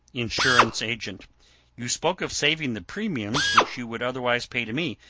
insurance agent you spoke of saving the premiums which you would otherwise pay to me.